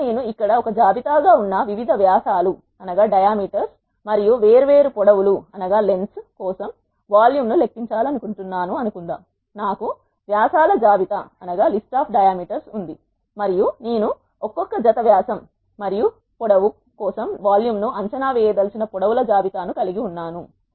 ఇప్పుడు నేను ఇక్కడ ఒక జాబితా గా ఉన్న వివిధ వ్యాసాలు మరియు వేర్వేరు పొడవు ల కోసం వాల్యూమ్ ను లెక్కించాలనుకుంటున్నాను అనుకుందాం నాకు వ్యాసాల జాబితా ఉంది మరియు నేను ఒక్కొక్క జత వ్యాసం మరియు పొడవు కోసం వాల్యూమ్ ను అంచనా వేయ దలిచిన పొడవు ల జాబితా ను కలిగి ఉన్నాను